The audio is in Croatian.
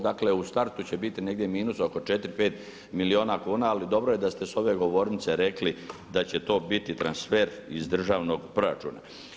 Dakle u startu će biti negdje minusa oko 4, 5 milijuna kuna ali dobro je da ste s ove govornice rekli da će to biti transfer iz državnog proračuna.